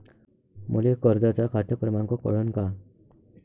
मले कर्जाचा खात क्रमांक कळन का?